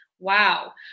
Wow